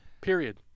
period